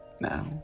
Now